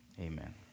Amen